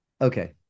okay